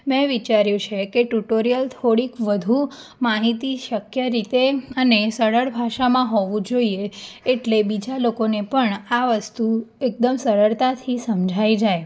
મેં વિચાર્યું છે કે ટુટોરિયલ થોડીક વધુ માહિતી શકય રીતે અને સરળ ભાષામાં હોવું જોઇએ એટલે બીજા લોકોને પણ આ વસ્તુ એકદમ સરળતાથી સમજાય જાય